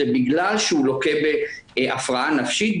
זה בגלל שהוא לוקה בהפרעה נפשית,